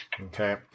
Okay